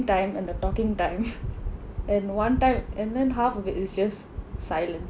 time and the talking time and one time and then half of it is just silent